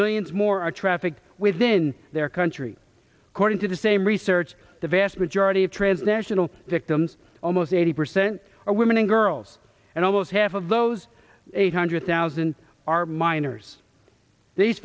millions more are trafficked within their country according to the same research the vast majority of transnational victims almost eighty percent are women and girls and almost half of those eight hundred thousand are minors these